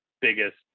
biggest